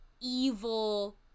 evil